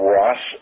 Ross